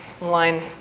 line